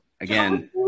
again